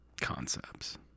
concepts